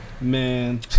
Man